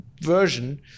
version